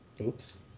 Oops